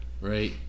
right